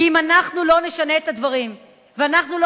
כי אם אנחנו לא נשנה את הדברים ואנחנו לא